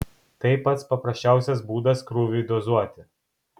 tai pats paprasčiausias būdas krūviui dozuoti